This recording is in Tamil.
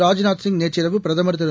ராஜ்நாத் சிங் நேற்றிரவு பிரதமர் திரு